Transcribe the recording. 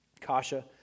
Kasha